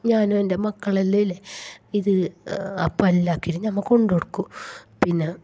ഞാനും എന്റെ മക്കളെല്ലാം ഇല്ലേ ഇത് അപ്പോൾ എല്ലാം ആക്കിയിട്ട് ഞമ്മ കൊണ്ടു കൊടുക്കും പിന്നെ